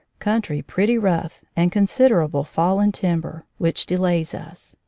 country pretty rough and considerable fallen timber, which delays us.